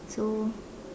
so